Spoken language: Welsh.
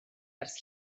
ers